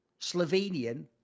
Slovenian